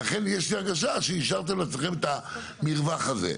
לכן יש לי הרגשה שהשארתם לעצמכם את המרווח הזה.